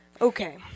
Okay